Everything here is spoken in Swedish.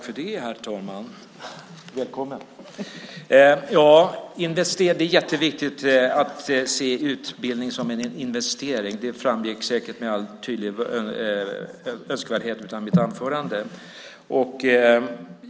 Herr talman! Ja, det är jätteviktigt att se utbildning som en investering. Det framgick säkert med all önskvärd tydlighet av mitt anförande.